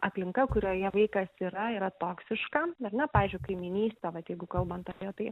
aplinka kurioje vaikas yra yra toksiška ar ne pavyzdžiui kaimynystė vat jeigu kalbant apie tai